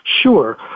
Sure